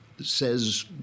says